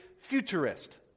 futurist